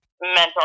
mental